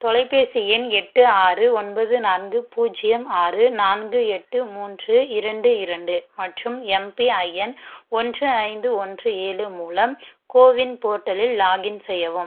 தொலைபேசி எண் எட்டு ஆறு ஒன்பது நான்கு பூஜ்ஜியம் ஆறு நான்கு எட்டு மூன்று இரண்டு இரண்டு மற்றும் எம்பிஐஎன் ஒன்று ஐந்து ஒன்று ஏழு மூலம் கோவின் போர்ட்டலில் லாகின் செய்யவும்